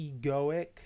egoic